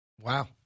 Wow